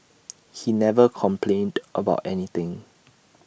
he never complained about anything